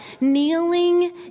kneeling